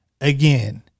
again